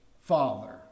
father